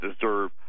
deserve